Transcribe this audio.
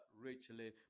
richly